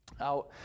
out